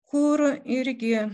kur irgi